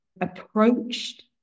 approached